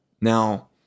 Now